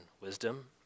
wisdom